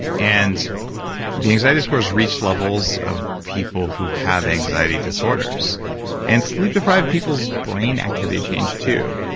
and the anxiety scores reached levels of people who have anxiety disorders and sleep deprived people's brain activity changed too.